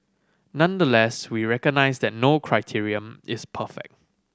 nonetheless we recognise that no criterion is perfect